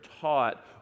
taught